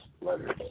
letters